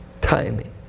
timing